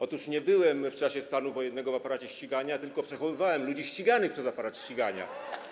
Otóż nie byłem w czasie stanu wojennego w aparacie ścigania, tylko przechowywałem ludzi ściganych przez aparat ścigania.